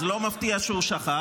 אז לא מפתיע שהוא שכח.